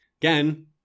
Again